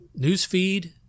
Newsfeed